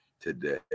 today